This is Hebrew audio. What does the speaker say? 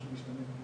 21,